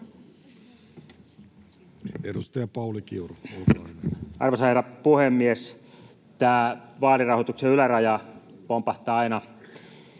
Edustaja Pauli Kiuru. Arvoisa herra puhemies! Tämä vaalirahoituksen yläraja pompahtaa aina